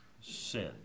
sin